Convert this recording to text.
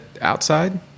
outside